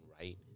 right